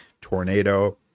tornado